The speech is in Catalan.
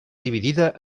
dividida